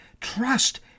Trust